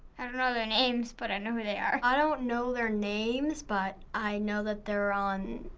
i don't know their names but i know who they are. i don't know their names but i know that they're on,